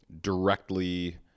directly